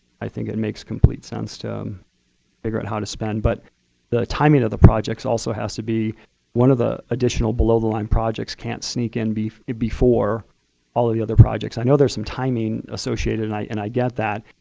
i think it makes complete sense to figure out how to spend. but the timing of the projects also has to be one of the additional below the line projects can't sneak and in before all of the other projects. i know there's some timing associated and i and i get that.